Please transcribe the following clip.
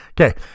Okay